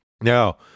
Now